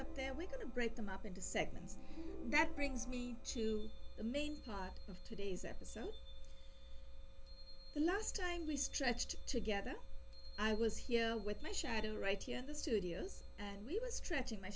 we're going to break them up into segments that brings me to the main part of today's episode the last time we stretched together i was here with my shadow right here at the studios and we were stretching my